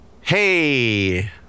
Hey